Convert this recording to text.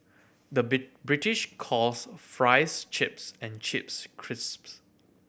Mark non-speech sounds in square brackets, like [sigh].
the [unintelligible] British calls fries chips and chips crisps